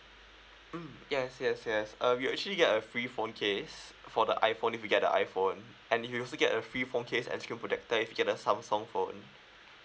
mm yes yes yes uh you actually get a free phone case for the iphone if you get the iphone and you also get a free phone case and screen protector if you get the samsung phone